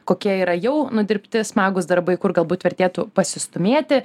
kokie yra jau nudirbti smagūs darbai kur galbūt vertėtų pasistūmėti